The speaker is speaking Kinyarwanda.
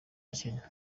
kenya